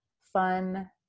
fun